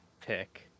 pick